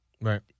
Right